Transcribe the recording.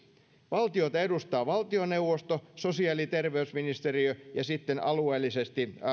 valtiota edustaa valtioneuvosto sosiaali ja terveysministeriö ja sitten alueellisesti